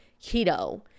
keto